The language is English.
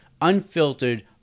unfiltered